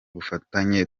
bufatanye